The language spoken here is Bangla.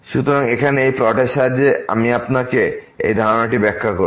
সুতরাং এখানে এই প্লটের সাহায্যে আমি আপনাকে এই ধারণাটি ব্যাখ্যা করি